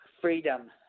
freedom